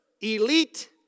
Elite